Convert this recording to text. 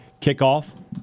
kickoff